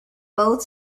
both